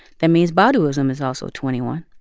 that means baduizm is also twenty one.